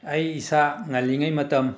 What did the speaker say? ꯑꯩ ꯏꯁꯥ ꯉꯜꯂꯤꯉꯩ ꯃꯇꯝ